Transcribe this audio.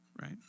right